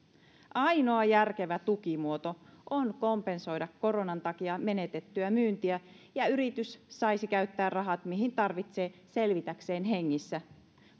ainoa järkevä tukimuoto on koronan takia menetetyn myynnin kompensoiminen ja se että yritys saisi käyttää rahat mihin tarvitsee selvitäkseen hengissä